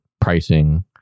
pricing